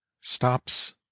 stops